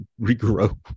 regrow